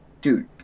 Dude